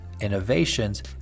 innovations